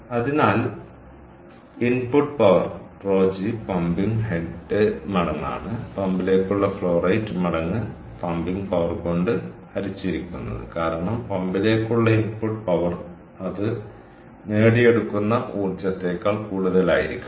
അതിനാൽ input power ρ g pumping head മടങ്ങാണ് പമ്പിലേക്കുള്ള ഫ്ലോ റേറ്റ് മടങ്ങ് പമ്പിംഗ് പവർ കൊണ്ട് ഹരിച്ചിരിക്കുന്നത് കാരണം പമ്പിലേക്കുള്ള ഇൻപുട്ട് പവർ അത് നേടിയെടുക്കുന്ന ഊർജ്ജത്തേക്കാൾ കൂടുതലായിരിക്കണം